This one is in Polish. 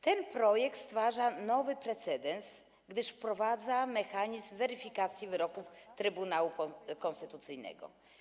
Ten projekt stwarza nowy precedens, gdyż wprowadza mechanizm weryfikacji wyroków Trybunału Konstytucyjnego.